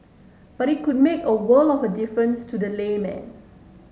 but it could make a world of difference to the layman